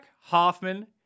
Hoffman